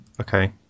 Okay